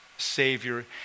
Savior